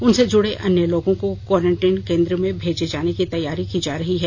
उनसे जुड़े अन्य लोगों को कोरेंटिन केंद्र में भेजे जाने की तैयारी की जा रही है